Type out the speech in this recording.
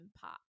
pop